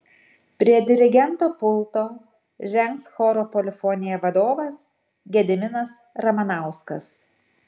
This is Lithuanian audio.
prie dirigento pulto žengs choro polifonija vadovas gediminas ramanauskas